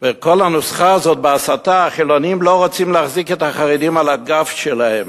כל הנוסחה הזאת: חילונים לא רוצים להחזיק את החרדים על הגב שלהם,